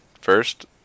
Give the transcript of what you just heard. first